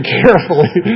carefully